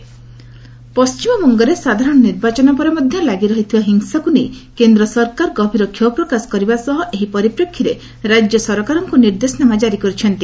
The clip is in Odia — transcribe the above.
ସେଣ୍ଟର ଓ୍ପେଷ୍ଟ ବେଙ୍ଗଲ୍ ପଣ୍ଟିମବଙ୍ଗରେ ସାଧାରଣ ନିର୍ବାଚନ ପରେ ମଧ୍ୟ ଲାଗି ରହିଥିବା ହିଂସାକୁ ନେଇ କେନ୍ଦ୍ର ସରକାର ଗଭୀର କ୍ଷୋଭ ପ୍ରକାଶ କରିବା ସହ ଏହି ପରିପ୍ରେକ୍ଷୀରେ ରାଜ୍ୟ ସରକାରଙ୍କୁ ନିର୍ଦ୍ଦେଶନାମା କାରି କରିଛନ୍ତି